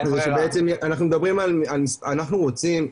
אנחנו רוצים,